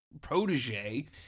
protege